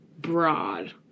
broad